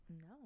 No